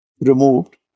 removed